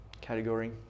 category